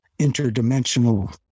interdimensional